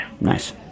Nice